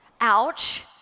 Ouch